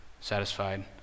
satisfied